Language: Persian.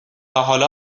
حالا